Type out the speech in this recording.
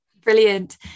Brilliant